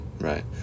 right